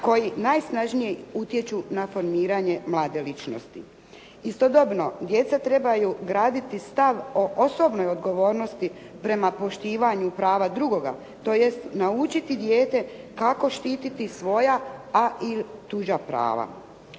koji najsnažnije utječu na formiranje mlade ličnosti. Istodobno, djeca trebaju graditi stav o osobnoj odgovornosti prema poštivanju prava drugoga, tj. naučiti dijete kako štiti svoja, a i tuđa prava.